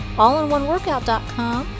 allinoneworkout.com